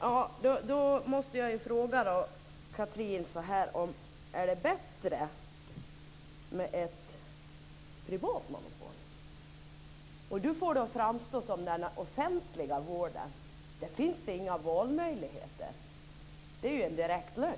Herr talman! Då måste jag fråga Chatrine om det är bättre med ett privat monopol. Hon får det att framstå som om det inte finns några valmöjligheter i den offentliga vården. Det är en direkt lögn.